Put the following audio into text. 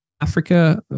africa